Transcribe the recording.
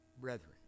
brethren